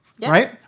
Right